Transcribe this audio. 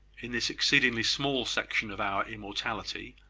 in this exceedingly small section of our immortality,